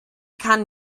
kann